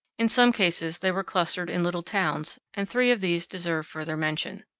in some cases they were clustered in little towns, and three of these deserve further mention.